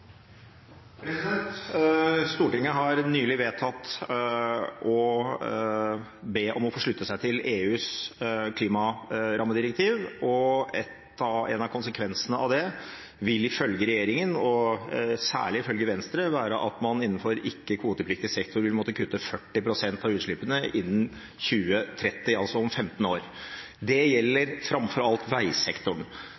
Stortinget har nylig vedtatt å be om å få slutte seg til EUs klimarammedirektiv. En av konsekvensene av det vil ifølge regjeringen, og særlig ifølge Venstre, være at man innenfor ikke kvotepliktig sektor vil måtte kutte 40 pst. av utslippene innen 2030, altså om 15 år. Det gjelder framfor alt veisektoren.